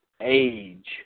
age